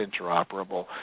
interoperable